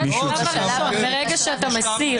זה השלב הראשון, ברגע שאתה מסיר.